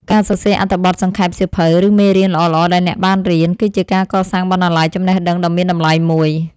ការសរសេរអត្ថបទសង្ខេបសៀវភៅ ឬមេរៀនល្អៗដែលអ្នកបានរៀន គឺជាការកសាងបណ្ណាល័យចំណេះដឹងដ៏មានតម្លៃមួយ។